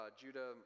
Judah